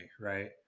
right